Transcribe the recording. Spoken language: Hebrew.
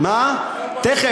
תכף.